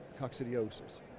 coccidiosis